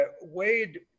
Wade